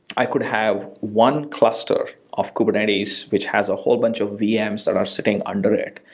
i could have one cluster of kubernetes which has a whole bunch of vms that are sitting under it.